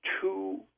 two